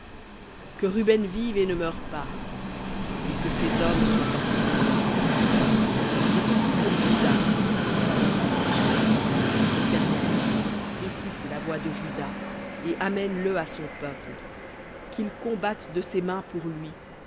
que ruben vive et ne meure pas et que ses hommes soient en petit nombre v ou et ceci pour juda et il dit éternel écoute la voix de juda et amène le à son peuple qu'il combatte de ses mains pour lui